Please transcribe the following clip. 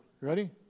Ready